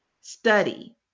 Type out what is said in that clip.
study